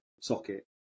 socket